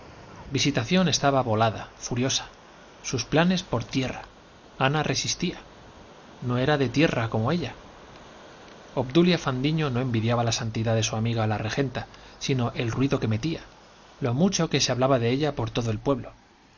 visitación estaba volada furiosa sus planes por tierra ana resistía no era de tierra como ella obdulia fandiño no envidiaba la santidad de su amiga la regenta sino el ruido que metía lo mucho que se hablaba de ella por todo el pueblo